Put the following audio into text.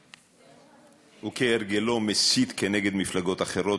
הוא כהרגלו מסית כנגד מפלגות אחרות,